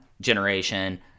generation